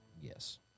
Yes